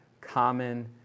common